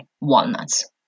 walnuts